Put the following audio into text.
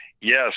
Yes